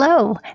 Hello